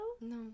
no